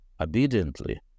obediently